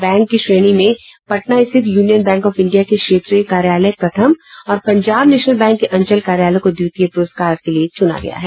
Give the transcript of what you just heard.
bank की श्रेणी में पटना स्थित यूनियन बैंक ऑफ इंडिया के क्षेत्रीय कार्यालय प्रथम और पंजाब नैशनल बैंक के अंचल कार्यालय को द्वितीय पुरस्कार के लिए चुना गया है